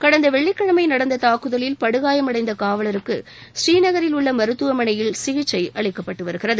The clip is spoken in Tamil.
கடந்த வெள்ளிக்கிழமை நடந்த தாக்குதலில் படுகாயம் அடைந்த காவலருக்கு ஸ்ரீநகரில் உள்ள மருத்துவமனையில் சிகிச்சை அளிக்கப்பட்டு வருகிறது